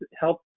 help